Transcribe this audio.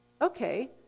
Okay